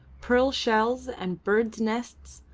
pearl shells and birds' nests,